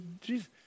Jesus